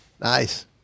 Nice